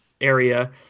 area